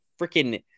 freaking